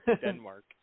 Denmark